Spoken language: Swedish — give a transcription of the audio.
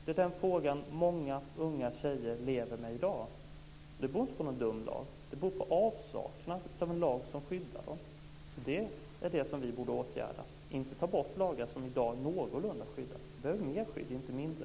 Det är den frågan många unga tjejer lever med i dag. Det beror inte på någon dum lag. Det beror på avsaknad av en lag som skyddar dem. Det är det som vi borde åtgärda i stället för att ta bort lagar som i dag skyddar någorlunda. Vi behöver mer skydd, inte mindre.